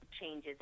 changes